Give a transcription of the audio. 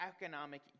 economic